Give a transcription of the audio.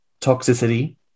toxicity